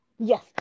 Yes